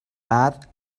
add